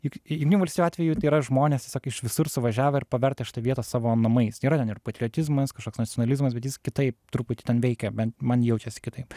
juk jungtinių valstijų atveju tai yra žmonės tiesiog iš visur suvažiavę ir pavertę šitą vietą savo namais tai yra ir patriotizmas kažkoks nacionalizmas bet jis kitaip truputį ten veikia bent man jaučiasi kitaip